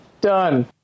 Done